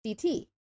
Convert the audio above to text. CT